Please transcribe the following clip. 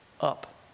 up